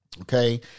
okay